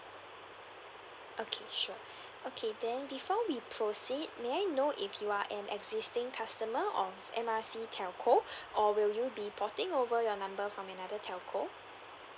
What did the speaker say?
okay sure okay then before we proceed may I know if you are an existing customer of M R C telco or will you be porting over your number from another telco